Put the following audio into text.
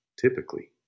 typically